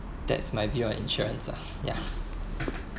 that's my view on insurance lah ya